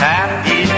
Happy